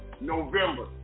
november